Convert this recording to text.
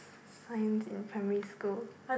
science in primary school